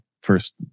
first